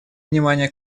внимание